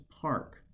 park